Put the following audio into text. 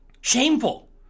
Shameful